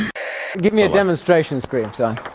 give me a demonstration scream so